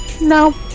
no